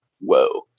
whoa